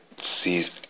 sees